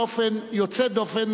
באופן יוצא דופן,